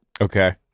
Okay